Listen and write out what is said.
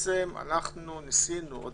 ניסינו עוד